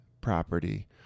property